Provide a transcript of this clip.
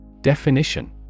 Definition